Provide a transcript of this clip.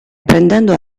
prendendo